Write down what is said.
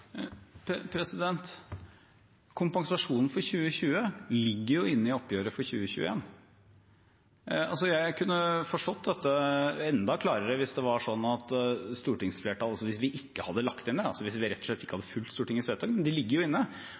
Kompensasjonen for 2020 ligger jo inne i oppgjøret for 2021. Jeg kunne forstått dette bedre hvis det var slik at vi ikke hadde lagt det inn, hvis vi rett og slett ikke hadde fulgt opp Stortingets vedtak, men det ligger jo inne.